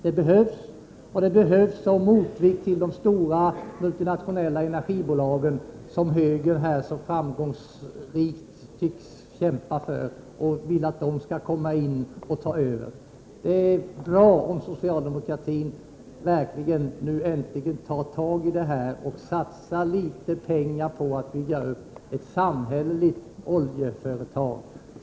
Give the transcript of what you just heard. Det behövs som motvikt till de stora multinationella energibolagen, som högern här så framgångsrikt tycks kämpa för och vilja att de skall komma in och ta över. Det är bra om socialdemokratin verkligen nu äntligen tar tag i detta och satsar litet pengar på att bygga upp ett samhälleligt oljeföretag.